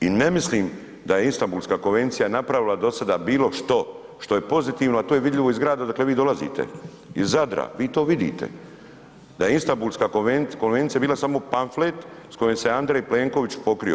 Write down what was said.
I ne mislim da je Istambulska konvencija napravila do sada bilo što što je pozitivno, a to je vidljivo iz grada odakle vi dolazite, iz Zadra, vi to vidite da je Istambulska konvencija bila samo pamflet s kojom se Andrej Plenković pokrio.